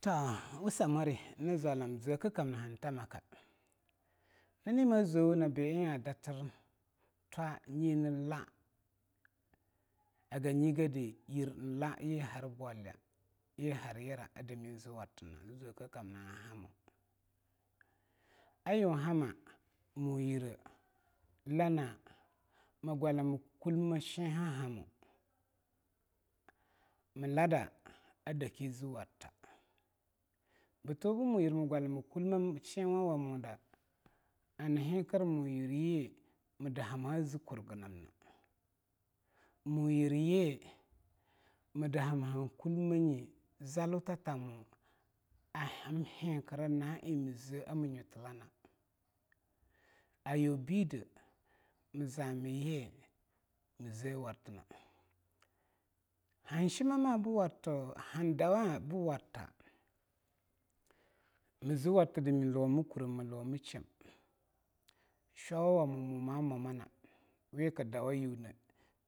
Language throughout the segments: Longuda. To wussa mwari nzwalam zwekkamna hantamaka, nani mazwewe na bi eing adatr twa'a nyenla, a geni gede yir nla yehar bwalya, yi har yira adame nzwartna zwekkamna hanhamaka. Ayunhama mo yire lana mgwalamkulme shenhahamo mlada adake zwarta. Bto mo yire mgwalamkulme shenwuwamoda, an henthir mo yirye mdaha maz kurganam na, mo yirye mdaha mahan kulme nye zaluttamo amhenthir na'a eing mze ar mnyutlana ayuibide mzamyi mze wartna hanshimma bwars to handawa bwarta mzwar tda mlu wama kurem, mluwama sheam, shwawa wamo mo mawa mana we kdawayune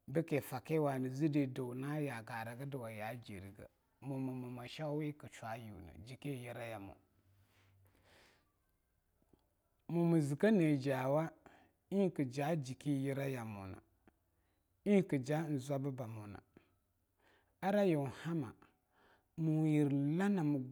bke fakiwa nzde dwa na ya ka araga dwa a ya jirege, mo mmwama shwawa we kshayune jki yira ya mo, mo mzke nijawa eingbei kje jki yira yamona, eing kja zwabba mona, ar'a yunhama mo yire lana.